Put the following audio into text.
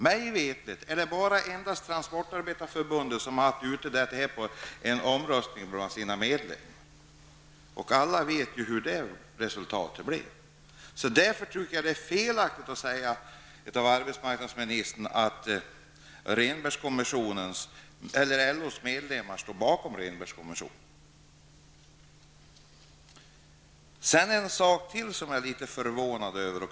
Mig veterligt är det enbart Transportarbetareförbundet som har haft ute den frågan på omröstning bland sina medlemmar, och alla vet ju hur det resultatet blev. Jag tycker därför att det är felaktigt av arbetsmarknadsministern att säga att LOs medlemmar står bakom Det finns en sak till som jag är litet förvånad över.